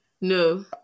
no